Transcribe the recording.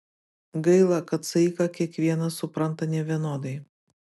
gaila kad saiką kiekvienas supranta nevienodai